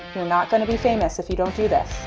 you're not gonna be famous if you don't do this.